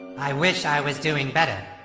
i wish i was doing better.